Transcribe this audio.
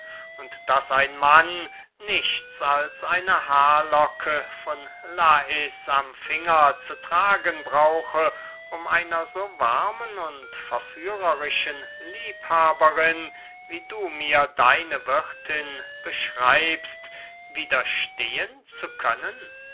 und daß ein mann nichts als eine haarlocke von lais am finger zu tragen brauche um einer so warmen und verführerischen liebhaberin wie du mir deine wirthin beschreibst widerstehen zu können